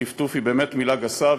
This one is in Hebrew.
"טפטוף" זו באמת מילה גסה,